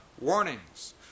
warnings